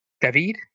david